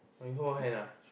we hold hand ah